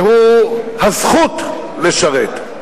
והוא הזכות לשרת.